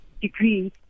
degree